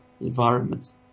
environment